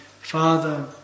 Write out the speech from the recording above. Father